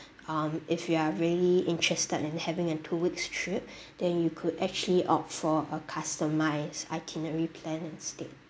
um if you are really interested in having a two weeks trip then you could actually opt for a customised itinerary plan instead